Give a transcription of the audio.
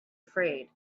afraid